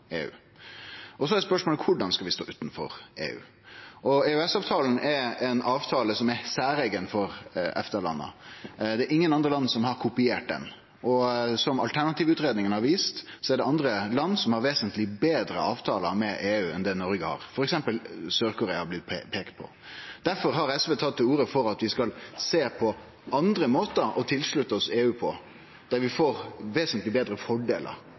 EU. Så er spørsmålet: Korleis skal vi stå utanfor EU? EØS-avtalen er ein avtale som er særeigen for EFTA-landa. Det er ingen andre land som har kopiert han. Som alternativutgreiinga har vist, er det andre land som har vesentleg betre avtalar med EU enn det Noreg har, f.eks. har Sør-Korea blitt peikt på. Derfor har SV tatt til orde for at vi skal sjå på andre måtar å vere tilslutta EU på, der vi får vesentleg betre fordelar.